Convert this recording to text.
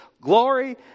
glory